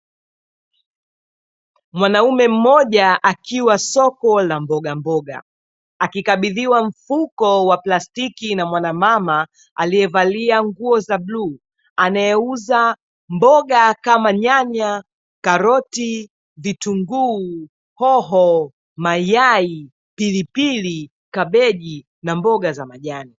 Mwanaume mmoja akiwa soko la mboga mboga, akikabidhiwa mfuko wa plastiki na mwanamama aliyevalia nguo za bluu anayeuza mboga kama nyanya, karoti, vitunguu, hoho, mayai, pilipili, kabeji na mboga za majani.